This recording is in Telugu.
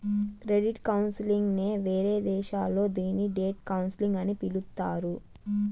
క్రెడిట్ కౌన్సిలింగ్ నే వేరే దేశాల్లో దీన్ని డెట్ కౌన్సిలింగ్ అని పిలుత్తారు